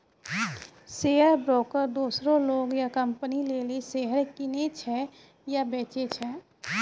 share broker दोसरो लोग या कंपनी लेली शेयर किनै छै या बेचै छै